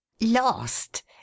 Lost